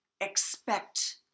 expect